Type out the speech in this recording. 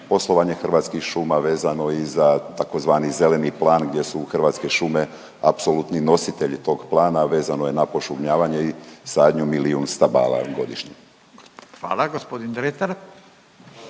poslovanje Hrvatskih šuma, vezano i za tzv. zeleni plan gdje su Hrvatske šume apsolutni nositelji tog plana, a vezano je na pošumljavanje i sadnju milijun stabala godišnje. **Radin,